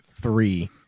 three